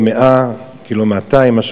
1.100 1.200 ק"ג,